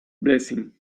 blessing